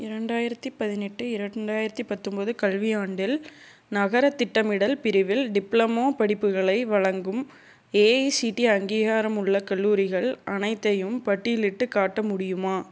இரண்டாயிரத்து பதினெட்டு இரண்டாயிரத்து பத்தொம்பது கல்வியாண்டில் நகரத் திட்டமிடல் பிரிவில் டிப்ளமோ படிப்புகளை வழங்கும் ஏஐசிடிஇ அங்கீகாரமுள்ள கல்லூரிகள் அனைத்தையும் பட்டியலிட்டுக் காட்ட முடியுமா